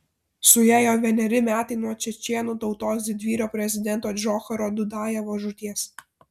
suėjo vieneri metai nuo čečėnų tautos didvyrio prezidento džocharo dudajevo žūties